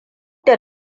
da